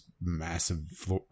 massive